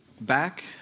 back